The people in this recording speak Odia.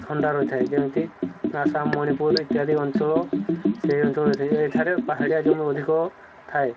ଥଣ୍ଡା ରହିଥାଏ ଯେମିତି ଆସାମ ମଣିପୁର ଇତ୍ୟାଦି ଅଞ୍ଚଳ ସେହି ଅଞ୍ଚଳ ରହିଥାଏ ଏଠାରେ ପାହାଡ଼ିଆ ଜମି ଅଧିକ ଥାଏ